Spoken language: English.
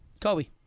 Kobe